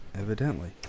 Evidently